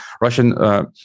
Russian